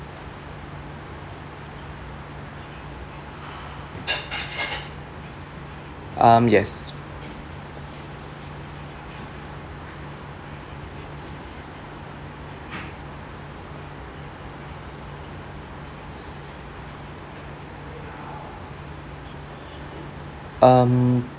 um yes um